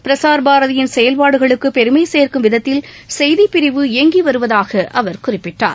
பிரசார்பாரதியின் செயல்பாடுகளுக்கு பெருமை சேர்க்கும் விதத்தில் செய்திப்பிரிவு இயங்கி வருவதாக அவர் குறிப்பிட்டார்